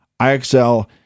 iXL